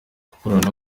gukorana